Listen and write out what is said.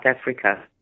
Africa